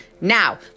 Now